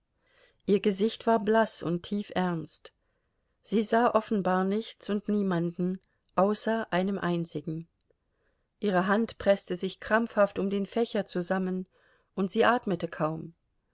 ihr gesicht war blaß und tiefernst sie sah offenbar nichts und niemanden außer einem einzigen ihre hand preßte sich krampfhaft um den fächer zusammen und sie atmete kaum